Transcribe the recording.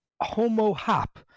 homo-hop